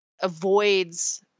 avoids